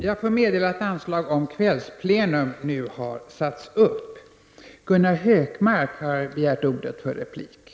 Jag får meddela att anslag nu har satts upp om att detta sammanträde skall fortsätta efter klockan